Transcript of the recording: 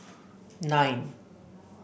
nine